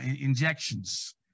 injections